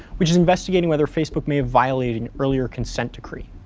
which is investigating whether facebook may have violated an earlier consent decree.